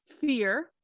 fear